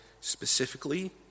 specifically